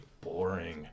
boring